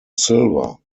silver